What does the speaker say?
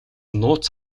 нууц